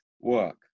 work